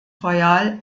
royal